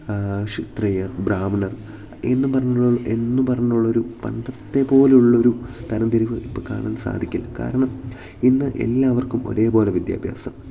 ക്ഷത്രിയർ ബ്രാഹ്മണർ എന്നും എന്ന് പറഞ്ഞുള്ളൊരു പണ്ടത്തെ പോലുള്ളൊരു തരംതിരിവ് ഇപ്പം കാണാൻ സാധിക്കില്ല കാരണം ഇന്ന് എല്ലാവർക്കും ഒരേപോലെ വിദ്യാഭ്യാസം